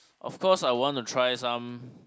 of course I want to try some